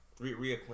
Reacquaint